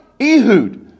Ehud